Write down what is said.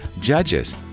Judges